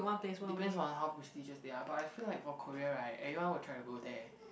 depends on how prestigious they are but I feel like for Korea right everyone will try to go there